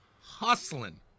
hustling